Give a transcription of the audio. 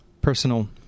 personal